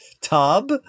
tub